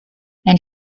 and